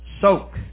Soak